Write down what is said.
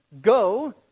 Go